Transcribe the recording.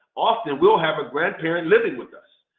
often, we'll have a grandparent living with us.